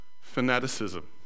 fanaticism